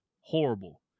horrible